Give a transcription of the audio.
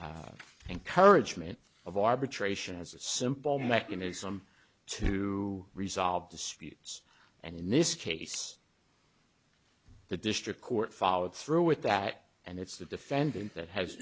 encourage many of arbitration as a simple mechanism to resolve disputes and in this case the district court followed through with that and it's the defendant that has